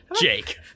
Jake